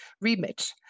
remit